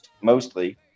mostly